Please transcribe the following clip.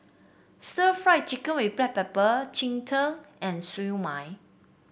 stir Fry Chicken with Black Pepper Cheng Tng and Siew Mai